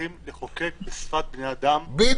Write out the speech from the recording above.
שצריכים לחוקק בשפת בני אדם ולא בשפת משפטנים.